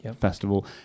festival